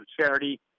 charity